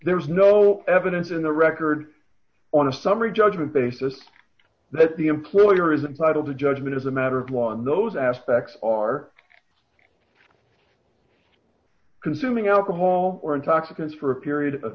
there is no evidence in the record on a summary judgment basis that the employer isn't part of the judgment as a matter of law and those aspects are consuming alcohol or intoxicants for a period of